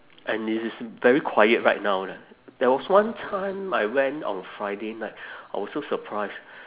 and it is very quiet right now leh there was one time I went on friday night I was so surprised